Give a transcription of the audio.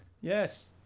Yes